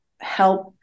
help